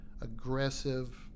aggressive –